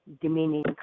demeaning